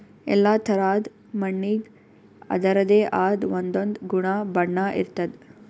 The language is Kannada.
ಎಲ್ಲಾ ಥರಾದ್ ಮಣ್ಣಿಗ್ ಅದರದೇ ಆದ್ ಒಂದೊಂದ್ ಗುಣ ಬಣ್ಣ ಇರ್ತದ್